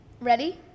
Ready